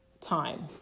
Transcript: time